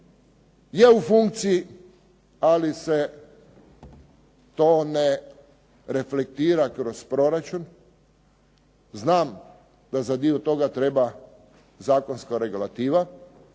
je u funkciji, ali se to ne reflektira kroz proračun. Znam da za dio toga treba zakonska regulativa.